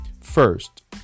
First